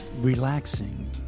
Relaxing